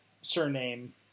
surname